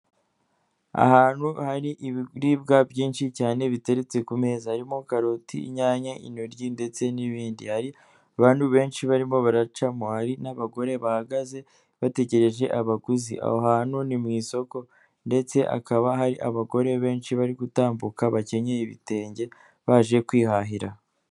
Ahantu hari ibiribwa byinshi cyane biteretse ku meza, harimo karoti, inyanya, intoryi ndetse n'ibindi, hari abantu benshi barimo baracamo ,hari n'abagore bahagaze bategereje abaguzi, aho hantu ni mu isoko ndetse hakaba hari abagore benshi bari gutambuka bakenyeye ibitenge baje kwihahira.